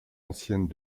ancienne